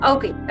Okay